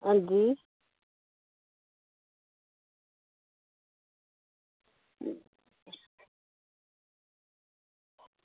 अंजी